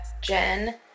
Jen